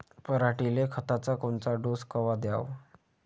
पऱ्हाटीले खताचा कोनचा डोस कवा द्याव?